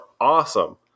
awesome